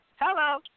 Hello